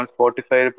Spotify